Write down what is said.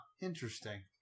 Interesting